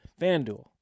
FanDuel